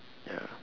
ya